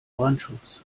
brandschutz